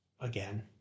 again